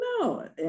No